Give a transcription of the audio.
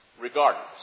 Regardless